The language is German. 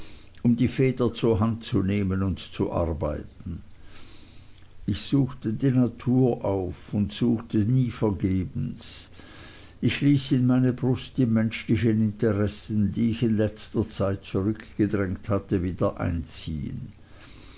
um die feder zur hand zu nehmen und zu arbeiten ich suchte die natur auf und suchte nie vergebens ich ließ in meine brust die menschlichen interessen die ich in letzter zeit zurückgedrängt hatte wieder einziehen